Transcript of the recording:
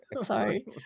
Sorry